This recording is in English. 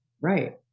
Right